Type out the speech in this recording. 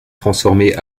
transformé